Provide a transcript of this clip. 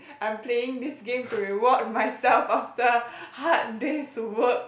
I'm playing this game to reward myself after hard day's work